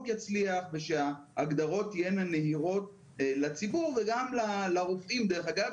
יצליח ושההגדרות תהיינה נהירות לציבור וגם לרופאים דרך אגב,